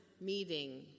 meeting